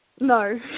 No